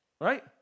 Right